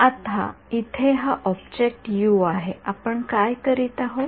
आता इथे हा ऑब्जेक्ट यू आहे आपण काय करीत आहोत